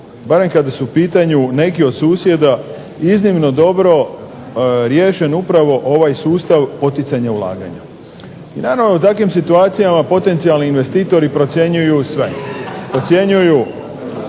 barem kada su u pitanju neki od susjeda iznimno dobro riješen upravo ovaj sustav poticanja ulaganja. I naravno u takvim situacijama potencijalni investitori procjenjuju sve. Procjenjuju